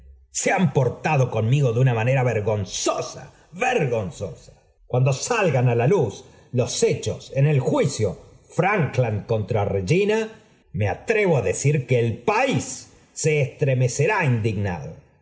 se han portado conmigo de una manera vergonzosa vergonzosa cuando salgan a luz los hechos en el juicio frankland contra regina me atrevo á decir que el país se estremecerá indignado